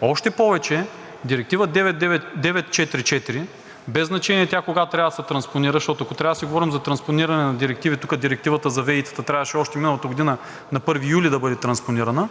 Още повече, Директива 944, без значение тя кога трябва да се транспонира, защото, ако трябва да си говорим за транспониране на директиви – Директивата за ВЕИ-тата трябваше още миналата година на 1 юли да бъде транспонирана,